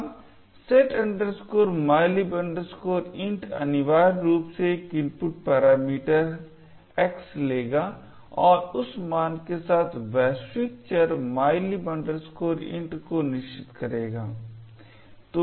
अब set mylib int अनिवार्य रूप से एक इनपुट पैरामीटर X लेगा और उस मान के साथ वैश्विक चर mylib int को निश्चित करेगा